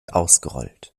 ausgerollt